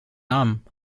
namen